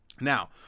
Now